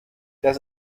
das